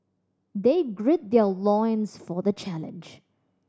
they gird their loins for the challenge